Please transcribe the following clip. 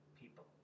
people